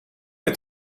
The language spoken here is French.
est